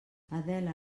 adela